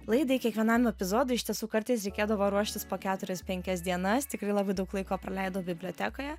laidai kiekvienam epizodui iš tiesų kartais reikėdavo ruoštis po keturias penkias dienas tikrai labai daug laiko praleidau bibliotekoje